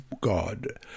God